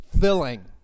filling